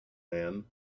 man